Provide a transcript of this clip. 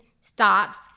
stops